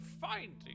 finding